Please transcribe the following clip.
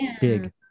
big